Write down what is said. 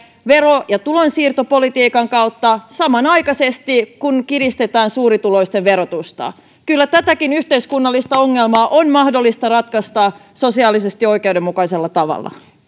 vero ja tulonsiirtopolitiikan kautta samanaikaisesti kun kiristetään suurituloisten verotusta kyllä tätäkin yhteiskunnallista ongelmaa on mahdollista ratkaista sosiaalisesti oikeudenmukaisella tavalla